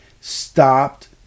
stopped